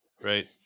right